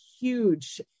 huge